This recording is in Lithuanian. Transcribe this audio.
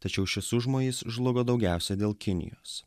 tačiau šis užmojis žlugo daugiausia dėl kinijos